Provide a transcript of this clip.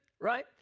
right